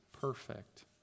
perfect